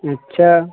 अच्छा